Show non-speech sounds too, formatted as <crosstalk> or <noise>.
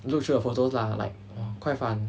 <noise> look through the photos lah like quite fun